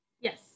Yes